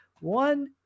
one